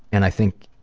and i think